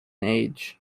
age